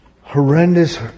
horrendous